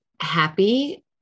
happy